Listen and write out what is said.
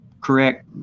correct